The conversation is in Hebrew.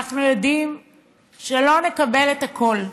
אנחנו יודעים שלא נקבל את הכול.